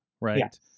right